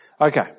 Okay